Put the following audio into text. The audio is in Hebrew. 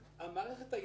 המערכת העסקית,